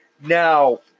Now